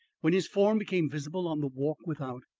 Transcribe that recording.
when his form became visible on the walk without,